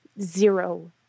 zero